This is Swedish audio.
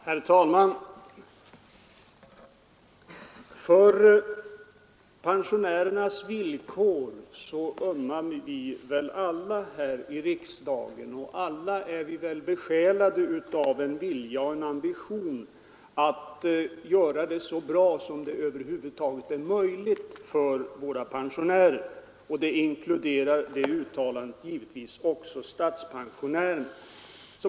Herr talman! För pensionärernas villkor ömmar vi väl alla här i riksdagen, och alla är vi väl besjälade av en vilja och en ambition att göra det så bra som över huvud taget är möjligt för våra pensionärer. Detta uttalande inkluderar givetvis också statspensionärerna.